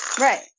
right